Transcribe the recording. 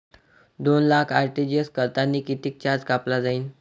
दोन लाख आर.टी.जी.एस करतांनी कितीक चार्ज कापला जाईन?